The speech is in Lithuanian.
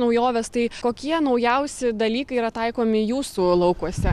naujoves tai kokie naujausi dalykai yra taikomi jūsų laukuose